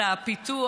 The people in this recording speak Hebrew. לפיתוח.